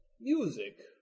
music